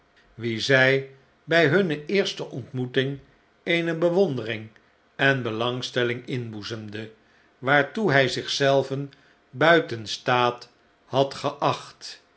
wien zij bij hunne eerste ontmoeting eene bewondering en belangstelling inboezemde waartoe hij zich zelven buiten staat had geacht